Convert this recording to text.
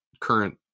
current